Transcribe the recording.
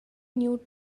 new